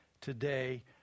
today